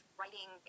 writing